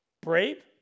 Brave